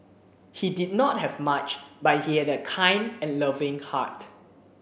he did not have much but he had a kind and loving heart